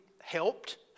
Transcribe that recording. helped